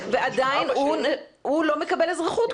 ועדיין הוא לא מקבל אזרחות.